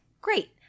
great